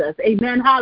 Amen